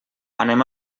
anem